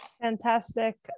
Fantastic